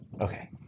okay